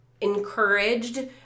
encouraged